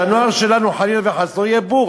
שהנוער שלנו חלילה וחס לא יהיה בור,